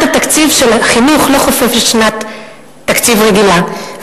התקציב של החינוך לא חופפת לשנת תקציב רגילה,